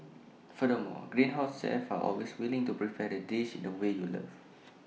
furthermore Greenhouse's chefs are always willing to prepare the dish in the way you love